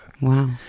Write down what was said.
Wow